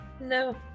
No